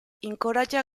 incoraggia